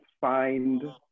find